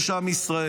יש עם ישראל,